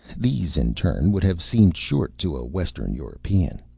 these, in turn, would have seemed short to a western european.